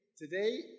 today